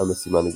המשימה נגדו.